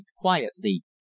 quietly